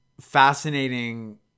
fascinating